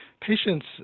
patients